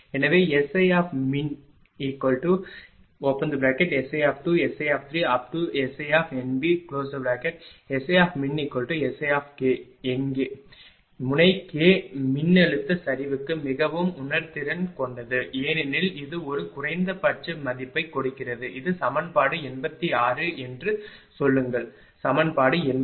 எனவே SIminSI2SI3SI SIminSI எங்கே முனை k மின்னழுத்த சரிவுக்கு மிகவும் உணர்திறன் கொண்டது ஏனெனில் இது ஒரு குறைந்தபட்ச மதிப்பை கொடுக்கிறது இது சமன்பாடு 86 என்று சொல்லுங்கள் சமன்பாடு 87